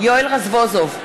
יואל רזבוזוב,